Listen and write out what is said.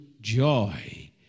joy